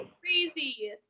crazy